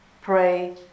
pray